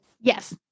yes